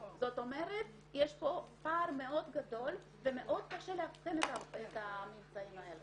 זאת אומרת שיש פה פער מאוד גדול ומאוד קשה לאבחן את הממצאים האלה.